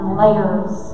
layers